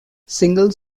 single